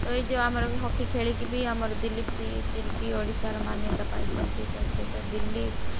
ତ ଏଇ ଯେଉଁ ଆମର ହକି ଖେଳିକି ବି ଆମର ଦିଲ୍ଲୀପ ତିରିକି ଓଡ଼ିଶାର ମାନ୍ୟତା ପାଇଛନ୍ତି ତା ସହିତ ଦିଲ୍ଲୀପ